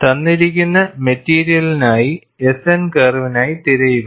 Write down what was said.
തന്നിരിക്കുന്ന മെറ്റീരിയലിനായി S N കർവിനായി തിരയുക